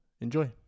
Enjoy